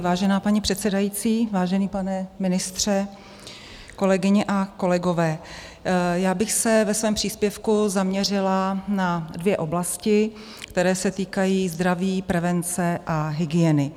Vážená paní předsedající, vážený pane ministře, kolegyně a kolegové, ve svém příspěvku bych se zaměřila na dvě oblasti, které se týkají zdraví, prevence a hygieny.